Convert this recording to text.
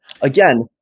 Again